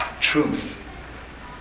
truth